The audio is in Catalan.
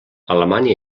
alemanya